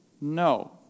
no